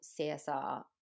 CSR